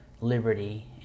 Liberty